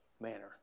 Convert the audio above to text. manner